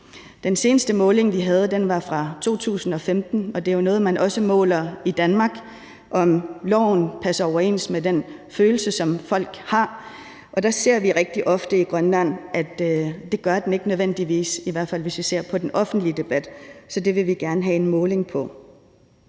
Den seneste måling, vi havde, er fra 2015, og det er noget, man også måler i Danmark, altså om loven passer overens med den følelse, som folk har, og der ser vi rigtig ofte i Grønland, at det gør den ikke nødvendigvis, i hvert fald hvis vi ser på den offentlige debat. Så det vil vi gerne have en måling på.